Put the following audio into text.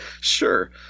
Sure